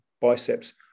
biceps